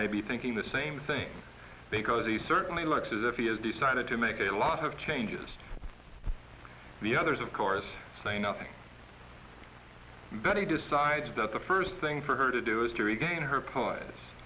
may be thinking the same thing because he certainly looks as if he has decided to make a lot of changes the others of course say nothing but he decides that the first thing for her to do is to regain her p